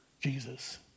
Jesus